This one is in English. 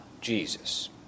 Jesus